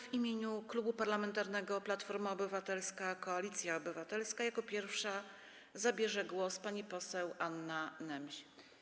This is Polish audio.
W imieniu Klubu Parlamentarnego Platforma Obywatelska - Koalicja Obywatelska jako pierwsza zabierze głos pani poseł Anna Nemś.